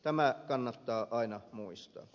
tämä kannattaa aina muistaa